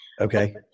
Okay